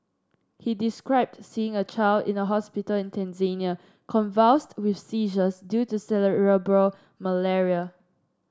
he described seeing a child in a hospital in Tanzania convulsed with seizures due to cerebral malaria